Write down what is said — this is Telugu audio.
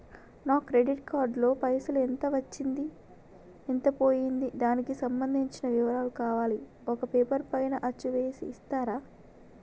నా క్రెడిట్ కార్డు లో పైసలు ఎంత వచ్చింది ఎంత పోయింది దానికి సంబంధించిన వివరాలు కావాలి ఒక పేపర్ పైన అచ్చు చేసి ఇస్తరా?